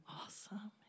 awesome